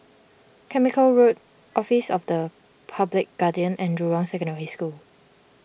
Carmichael Road Office of the Public Guardian and Jurong Secondary School